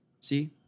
See